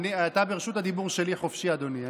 ברשות הדיבור שלי, חופשי, אדוני.